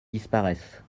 disparaisse